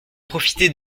profiter